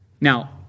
Now